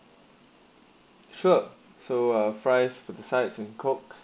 sure so uh fries for the sites in coke